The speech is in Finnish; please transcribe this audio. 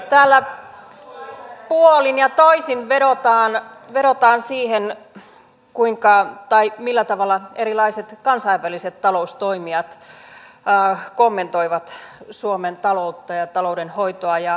täällä puolin ja toisin vedotaan siihen millä tavalla erilaiset kansainväliset taloustoimijat kommentoivat suomen taloutta ja taloudenhoitoa ja hallituksen toimia